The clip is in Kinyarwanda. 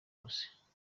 bose